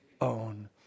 own